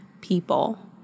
people